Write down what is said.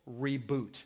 reboot